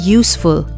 useful